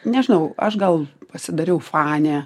nežinau aš gal pasidariau fanė